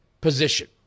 position